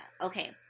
Okay